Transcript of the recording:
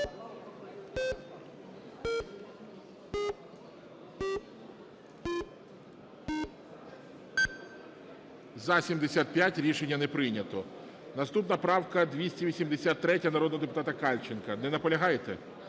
За-75 Рішення не прийнято. Наступна правка 283-я, народного депутата Кальченка. Не наполягаєте?